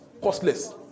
costless